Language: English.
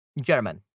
German